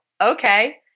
Okay